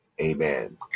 Amen